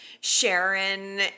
Sharon